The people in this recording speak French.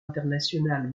international